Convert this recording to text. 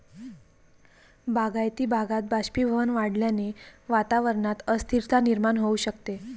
बागायती भागात बाष्पीभवन वाढल्याने वातावरणात अस्थिरता निर्माण होऊ शकते